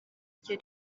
ryo